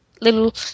little